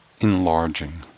Enlarging